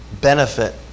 benefit